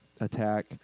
attack